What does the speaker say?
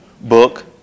book